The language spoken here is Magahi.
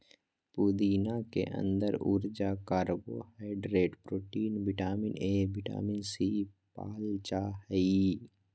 पुदीना के अंदर ऊर्जा, carbohydrate, protein, vitamin A, vitamin C, पाल जा हइ